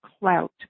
CLOUT